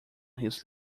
his